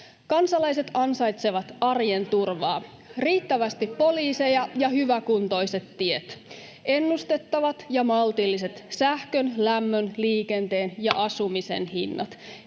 Kansalaiset ansaitsevat arjen turvaa, riittävästi poliiseja ja hyväkuntoiset tiet, ennustettavat ja maltilliset sähkön, lämmön, liikenteen [Puhemies